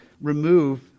remove